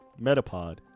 Metapod